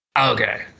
Okay